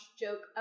joke